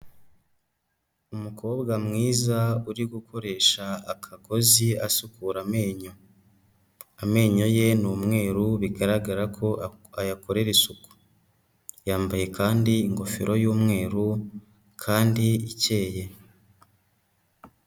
Umukobwa mwiza uri gukoresha akagozi asukura amenyo. Amenyo ye ni umweruru bigaragare ko ayakorera isuku. yambaye kandi ingofero y'umweru kandi ikeye.